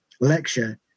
Lecture